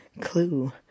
Clue